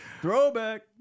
throwback